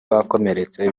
bakomeretse